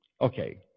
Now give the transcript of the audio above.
Okay